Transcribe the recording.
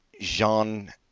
Jean